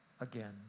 again